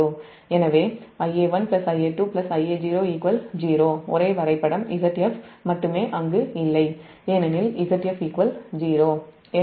எனவே Ia1 Ia2 Ia0 0 ஒரே வரைபடம் Zf மட்டுமேஅங்கு இல்லை ஏனெனில் Zf 0